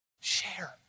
Share